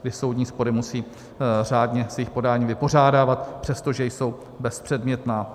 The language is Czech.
Ty soudní spory musí řádně jejich podání vypořádávat, přestože jsou bezpředmětná.